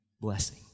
Blessing